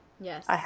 Yes